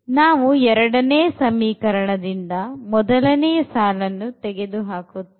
ನಾವು ಎರಡನೇ ಸಮೀಕರಣದಿಂದ ಮೊದಲ ಸಾಲನ್ನು ತೆಗೆದು ಹಾಕುತ್ತೇವೆ